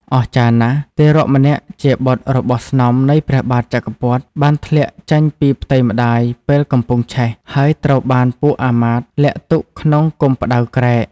អស្ចារ្យណាស់ ទារកម្នាក់ជាបុត្ររបស់ស្នំនៃព្រះបាទចក្រពត្តិ បានធ្លាក់ចេញពីផ្ទៃម្តាយពេលកំពុងឆេះ ហើយត្រូវបានពួកអាមាត្យលាក់ទុកក្នុងគុម្ពផ្តៅក្រែក ។